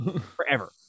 forever